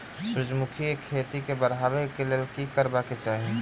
सूर्यमुखी केँ खेती केँ बढ़ेबाक लेल की करबाक चाहि?